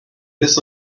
this